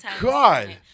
God